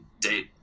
date